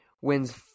wins